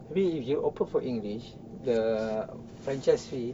maybe if you open for english the franchise fee